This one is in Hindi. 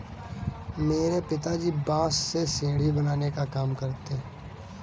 मेरे पिताजी बांस से सीढ़ी बनाने का काम करते हैं